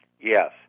Yes